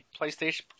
PlayStation